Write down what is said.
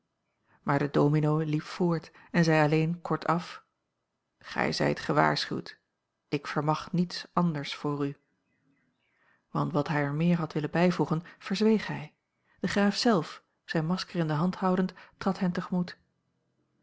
maar de domino liep voort en zei alleen kortaf gij zijt gewaarschuwd ik vermag niets anders voor u want wat hij er meer had willen bijvoegen verzweeg hij de graaf zelf zijn masker in de hand houdend trad hen